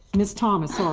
miss thomas. ah